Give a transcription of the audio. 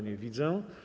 Nie widzę.